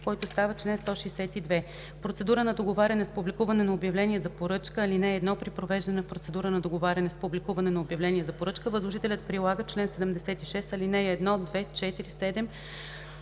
който става чл. 162: „Процедура на договаряне с публикуване на обявление за поръчка Чл. 162. (1) При провеждане на процедура на договаряне с публикуване на обявление за поръчка възложителят прилага чл. 76, ал. 1, 2, 4, 7,